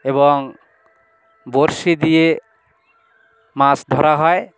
এবং বঁড়শি দিয়ে মাছ ধরা হয়